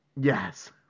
Yes